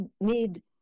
need